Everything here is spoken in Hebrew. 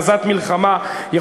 אזי תהיה זו הכרזת מלחמה,